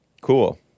Cool